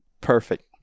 Perfect